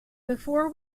before